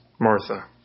Martha